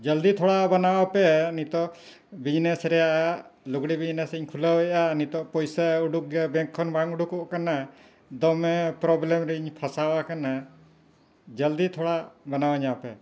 ᱡᱚᱞᱫᱤ ᱛᱷᱚᱲᱟ ᱵᱟᱱᱟᱣ ᱯᱮ ᱱᱤᱛᱚᱜ ᱵᱤᱡᱽᱱᱮᱥ ᱨᱮᱭᱟᱜ ᱞᱩᱜᱽᱲᱤ ᱵᱤᱡᱽᱱᱮᱥ ᱤᱧ ᱠᱷᱩᱞᱟᱹᱣ ᱮᱫᱼᱟ ᱱᱤᱛᱚᱜ ᱯᱚᱭᱥᱟ ᱩᱰᱩᱠ ᱜᱮᱭᱟ ᱵᱮᱝᱠ ᱠᱷᱚᱱ ᱵᱟᱝ ᱩᱰᱩᱠᱚᱜ ᱠᱟᱱᱟ ᱫᱚᱢᱮ ᱯᱨᱚᱵᱞᱮᱢ ᱨᱤᱧ ᱯᱷᱟᱥᱟᱣ ᱟᱠᱟᱱᱟ ᱡᱚᱞᱫᱤ ᱛᱷᱚᱲᱟ ᱵᱟᱱᱟᱣ ᱤᱧᱟᱹᱯᱮ